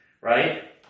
right